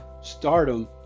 stardom